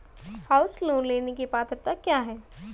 House loan लेने की पात्रता क्या है?